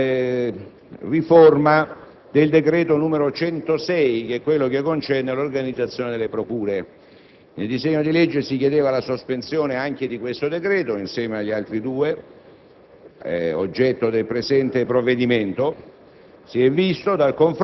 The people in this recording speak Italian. È stata raggiunta un'intesa per quanto riguarda la riforma del decreto legislativo n. 106 del 2006, che è quello che concerne l'organizzazione delle procure. Nel disegno di legge si chiedeva la sospensione anche di questo decreto, insieme agli altri due